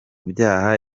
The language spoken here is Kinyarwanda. byaha